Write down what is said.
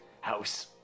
house